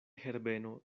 herbeno